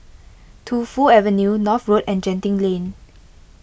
Tu Fu Avenue North Road and Genting Lane